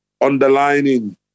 underlining